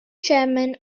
chairman